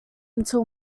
until